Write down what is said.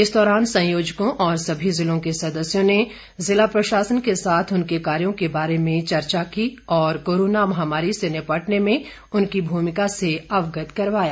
इस दौरान संयोजकों और सभी जिलों के सदस्यों ने जिला प्रशासन के साथ उनके कार्यों के बारे में चर्चा की और कोरोना महामारी से निपटने में उनकी भूमिका से अवगत करवाया